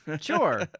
Sure